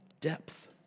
depth